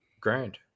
Grand